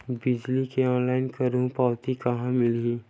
बिजली के ऑनलाइन करहु पावती कहां ले मिलही?